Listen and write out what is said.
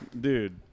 Dude